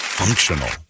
Functional